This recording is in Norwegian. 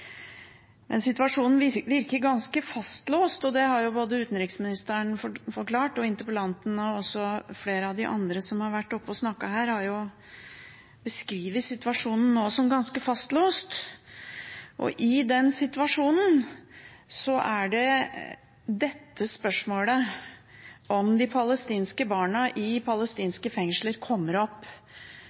men kan også spille en rolle framover i det store politiske bildet, der bl.a. SV nå har tatt initiativet til at vi skal godkjenne Palestina. Situasjonen virker ganske fastlåst. Det har utenriksministeren forklart, og interpellanten og flere av de andre som har vært oppe og snakket her, har også beskrevet situasjonen nå som ganske fastlåst. I den situasjonen er det spørsmålet om de palestinske barna